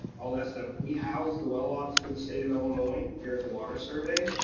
all that stuff. we house the well logs for the state of illinois here at the water survey.